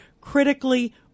critically